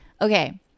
okay